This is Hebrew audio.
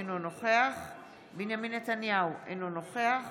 אינו נוכח בנימין נתניהו, אינו נוכח